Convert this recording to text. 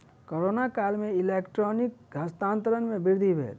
corona काल में electronic हस्तांतरण में वृद्धि भेल